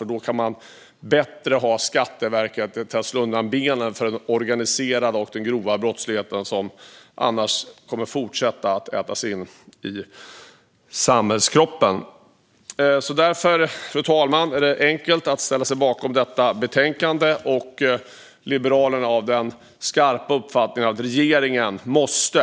Då kan Skatteverket på ett bättre sätt slå undan benen för den organiserade och grova brottsligheten, som annars kommer att fortsätta att äta sig in i samhällskroppen. Fru talman! Det är därför enkelt att ställa sig bakom detta betänkande, och Liberalerna har den skarpa uppfattningen att regeringen måste